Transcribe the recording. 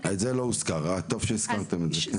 את זה לא הוזכר, טוב שהזכרתם את זה.